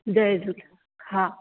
जय झूलेलाल हा